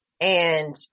and-